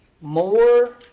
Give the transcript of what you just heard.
more